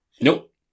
Nope